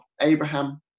Abraham